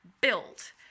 Built